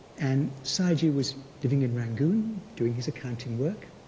and sayagyi was living in rangoon, doing his accounting work,